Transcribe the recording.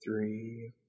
three